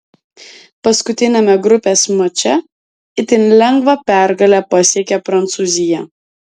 paskutiniame grupės mače itin lengvą pergalę pasiekė prancūzija